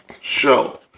show